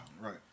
Right